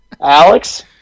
Alex